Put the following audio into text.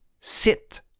Sit